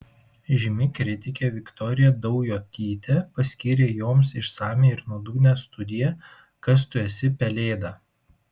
žymi kritikė viktorija daujotytė paskyrė joms išsamią ir nuodugnią studiją kas tu esi pelėda